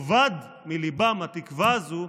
כשתאבד מליבם התקווה הזאת,